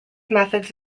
methods